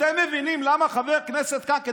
אתם מבינים למה חבר כנסת כאן,